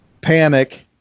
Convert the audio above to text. panic